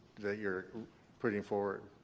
that you're putting forward.